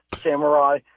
Samurai